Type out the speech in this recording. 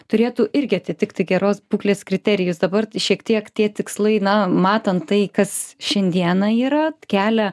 turėtų irgi atitikti geros būklės kriterijus dabar šiek tiek tie tikslai na matant tai kas šiandieną yra kelia